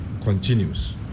continues